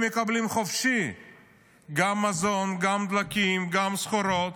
הם מקבלים חופשי גם מזון, גם דלקים, גם סחורות,